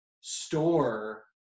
store